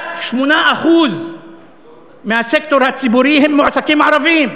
רק 8% מהסקטור הציבורי הם מועסקים ערבים.